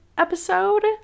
Episode